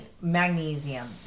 magnesium